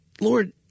Lord